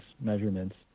measurements